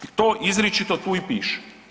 To izričito tu i piše.